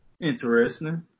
Interesting